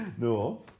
No